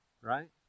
right